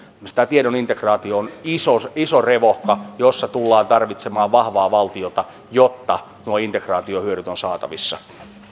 esimerkiksi tämä tiedon integraatio on iso revohka jossa tullaan tarvitsemaan vahvaa valtiota jotta nuo integraation hyödyt ovat saatavissa